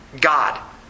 God